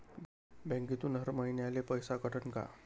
बँकेतून हर महिन्याले पैसा कटन का?